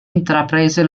intraprese